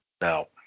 No